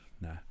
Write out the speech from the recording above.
No